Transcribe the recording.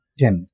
10